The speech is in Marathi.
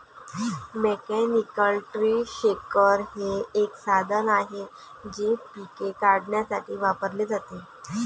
मेकॅनिकल ट्री शेकर हे एक साधन आहे जे पिके काढण्यासाठी वापरले जाते